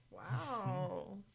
Wow